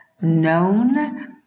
known